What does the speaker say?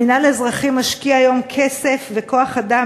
המינהל האזרחי משקיע היום כסף וכוח-אדם